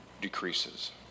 decreases